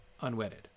unwedded